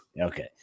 Okay